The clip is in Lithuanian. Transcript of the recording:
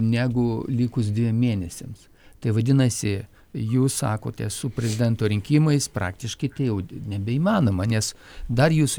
negu likus dviem mėnesiams tai vadinasi jūs sakote su prezidento rinkimais praktiškai tai jau nebeįmanoma nes dar jūsų